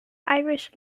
irish